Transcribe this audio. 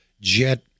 jet